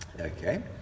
Okay